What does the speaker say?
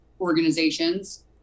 organizations